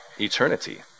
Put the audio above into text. eternity